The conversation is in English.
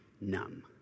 numb